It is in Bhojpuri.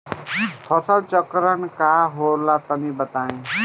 फसल चक्रण का होला तनि बताई?